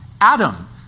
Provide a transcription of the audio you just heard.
Adam